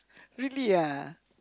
really ah